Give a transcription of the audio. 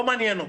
לא מעניין אותי.